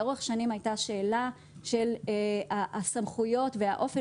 לאורך שנים הייתה שאלה של הסמכויות והאופן.